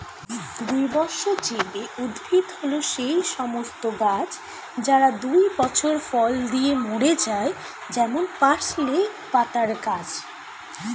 দ্বিবর্ষজীবী উদ্ভিদ হল সেই সমস্ত গাছ যারা দুই বছর ফল দিয়ে মরে যায় যেমন পার্সলে পাতার গাছ